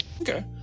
okay